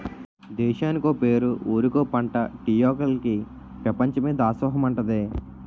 దేశానికో పేరు ఊరికో పంటా టీ ఆకులికి పెపంచమే దాసోహమంటాదే